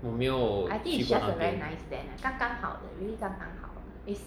我没有去过那边